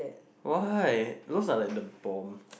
why those are like the boom